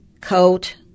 coat